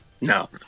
No